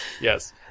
yes